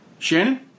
Shannon